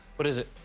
what is it?